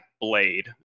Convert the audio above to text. blade